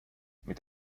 mit